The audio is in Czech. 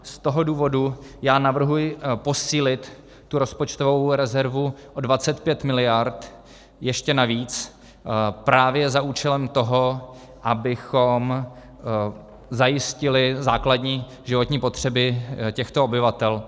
Z toho důvodu navrhuji posílit rozpočtovou rezervu o 25 miliard ještě navíc právě za účelem toho, abychom zajistili základní životní potřeby těchto obyvatel.